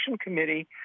committee